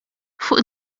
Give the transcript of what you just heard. fuq